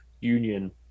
union